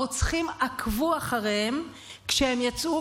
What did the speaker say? הרוצחים עקבו אחריהם כשהם יצאו,